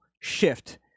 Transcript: shift